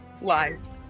lives